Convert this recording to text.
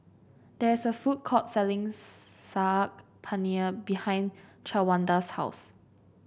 there is a food court selling Saag Paneer behind Shawanda's house